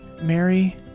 Mary